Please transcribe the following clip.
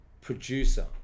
producer